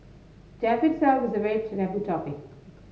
death itself is a very taboo topic